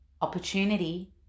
opportunity